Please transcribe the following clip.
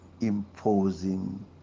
imposing